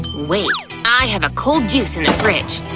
wait, i have a cold juice in the fridge!